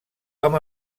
amb